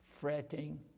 fretting